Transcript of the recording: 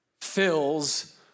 fills